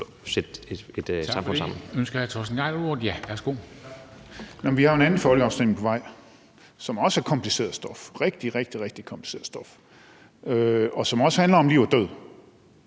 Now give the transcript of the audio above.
Gejl (ALT): Tak. Vi har jo en anden folkeafstemning på vej, som også handler om kompliceret stof – det er rigtig, rigtig kompliceret stof – og som også handler om liv og død,